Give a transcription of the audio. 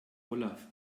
olaf